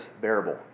bearable